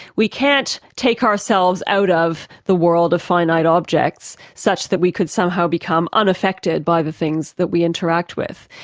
we can't take ourselves out of the world of finite objects, such that we could somehow become unaffected by the things that we interact with.